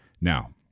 now